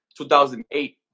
2008